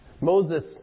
Moses